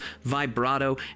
vibrato